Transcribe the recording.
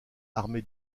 armé